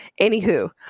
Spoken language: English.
Anywho